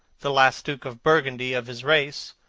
the last duke of burgundy of his race,